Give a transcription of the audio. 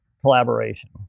collaboration